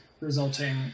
resulting